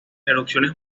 erupciones